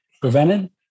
prevented